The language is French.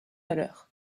valeur